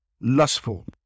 lustful